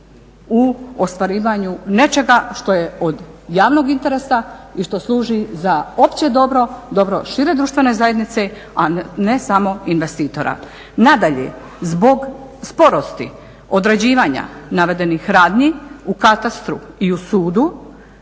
u ostvarivanju nečega što je od javnog interesa i što služi za opće dobro, dobro šire društvene zajednice, a ne samo investitora. Nadalje, zbog sporosti određivanja navedenih radnji u katastru i u sudu,